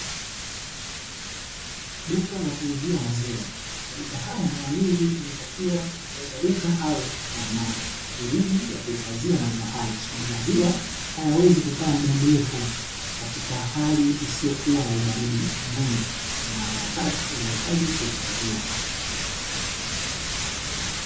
Duka la kuuzia maziwa, maduka haya mara nyingi inatakiwa muuza duka awe na mafriji ya kuhifadhia maziwa hayo, kwa sababu maziwa hayawezi kukaa muda mrefu katika hali isiyokuwa ya ubaridi mwingi, na yanahitaji kuhifadhiwa.